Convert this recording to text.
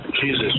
Jesus